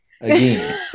again